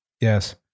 Yes